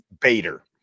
Bader